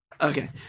Okay